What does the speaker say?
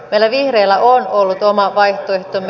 meillä vihreillä on ollut oma vaihtoehtomme